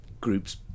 groups